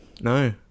No